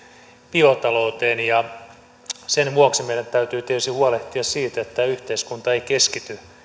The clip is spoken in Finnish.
biotalouteen sen vuoksi meidän täytyy tietysti huolehtia siitä että tämä yhteiskunta ei keskity